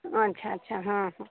अच्छा अच्छा हा ह